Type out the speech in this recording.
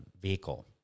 vehicle